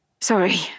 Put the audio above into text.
Sorry